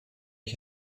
ich